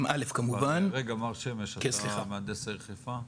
רגע מר שמש, מהנדס העיר חיפה.